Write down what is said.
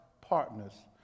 partners